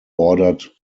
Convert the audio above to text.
ordered